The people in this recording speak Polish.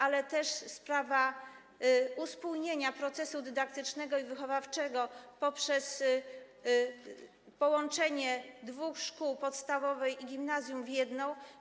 Ale też sprawa uspójnienia procesu dydaktycznego i wychowawczego poprzez połączenie dwóch szkół, podstawowej i gimnazjum, w jedną.